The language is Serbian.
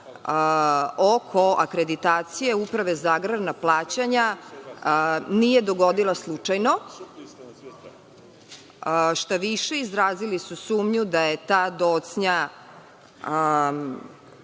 oko akreditacije Uprave za agrarna plaćanja nije dogodila slučajno. Izrazili su sumnju da je ta docnja